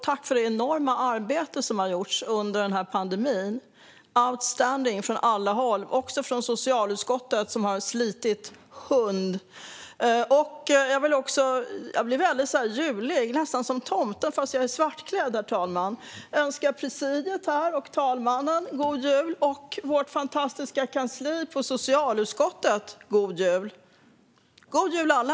Tack för det enorma arbete som har gjorts under den här pandemin. Det är outstanding från alla håll, och också från socialutskottet som har slitit hund. Jag blev väldigt julig, nästan som tomten, fastän jag är svartklädd, herr talman. Jag vill önska presidiet, talmannen och vårt fantastiska kansli på socialutskottet en god jul. God jul, alla!